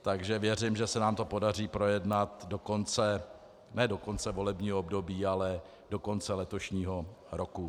Takže věřím, že se nám to podaří projednat do konce ne do konce volebního období, ale do konce letošního roku.